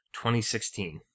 2016